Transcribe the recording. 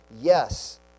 Yes